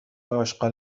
اشغال